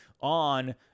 on